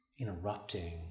interrupting